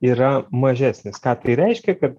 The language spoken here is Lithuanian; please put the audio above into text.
yra mažesnis ką reiškia kad